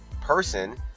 person